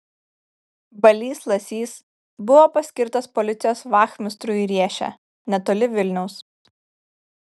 balys lasys buvo paskirtas policijos vachmistru į riešę netoli vilniaus